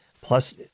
Plus